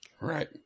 right